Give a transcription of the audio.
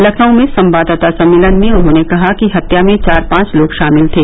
लखनऊ में संवाददाता सम्मेलन में उन्होंने कहा कि हत्या में चार पांच लोग शामिल थे